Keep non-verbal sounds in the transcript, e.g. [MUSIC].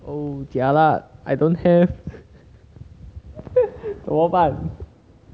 oh jialat I don't have [LAUGHS] 怎么办